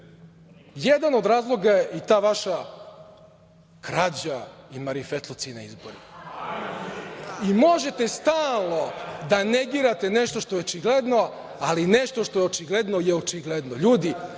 Jedan od razloga je i ta vaša krađa i marifetluci na izborima. Možete stalno da negirate nešto što je očigledno, ali nešto što je očigledno je očigledno.